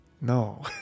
no